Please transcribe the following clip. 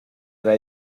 era